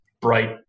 bright